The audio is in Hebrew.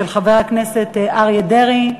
של חבר הכנסת אריה דרעי.